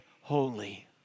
holy